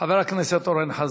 חבר הכנסת אורן חזן,